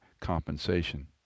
compensation